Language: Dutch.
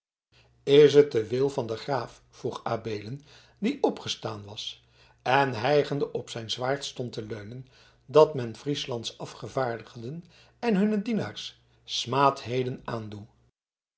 is het de wil van den graaf vroeg adeelen die opgestaan was en hijgende op zijn zwaard stond te leunen dat men frieslands afgevaardigden en hunnen dienaars smaadheden aandoe